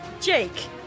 Jake